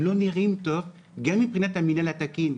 הם לא נראים טוב גם מבחינת המינהל התקין.